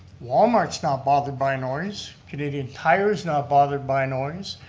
walmart's not bothered by noise, canadian tire's not bothered by noise,